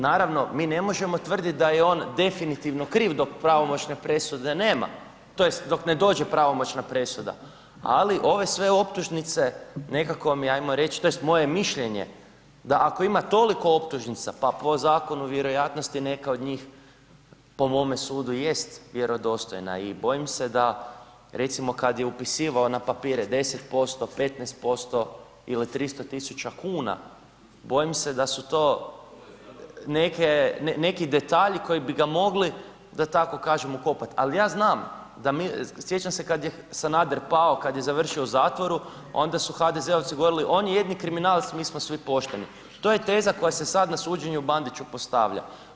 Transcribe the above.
Naravno mi ne može tvrdit da je on definitivno kriv dok pravomoćne presude nema tj. dok ne dođe pravomoćna presuda ali ove sve optužnice, nekako mi ajmo reć, tj. moje mišljenje da ako ima toliko optužnica pa po zakonu vjerojatno je neka od njih, po mome sudu jest vjerodostojna i bojim se da recimo kad je upisivao na papire 10%, 15% ili 300 000 kuna, bojim se da su to neki detalji koji bi ga mogli da tako kažem ukopat ali ja znam, sjećam se kad je Sanader pao, kad je završio u zatvoru, onda su HDZ-ovci govorili „on je jedini kriminalac, mi smo svi pošteni“, to je teza koja se sad na suđenju Bandiću postavlja.